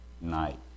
night